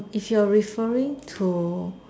if you are referring to